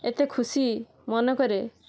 ଏତେ ଖୁସି ମନେକରେ